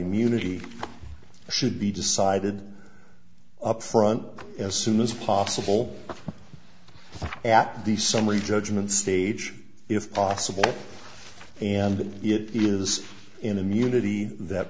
immunity should be decided up front as soon as possible at the summary judgment stage if possible and it is immunity that